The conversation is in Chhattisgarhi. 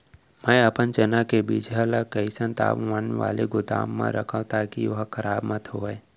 मैं अपन चना के बीजहा ल कइसन तापमान वाले गोदाम म रखव ताकि ओहा खराब मत होवय?